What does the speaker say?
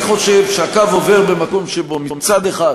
אני חושב שהקו עובר במקום שבו מצד אחד